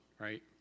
right